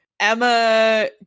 emma